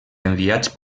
enviats